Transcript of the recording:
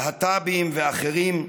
להט"בים ואחרים.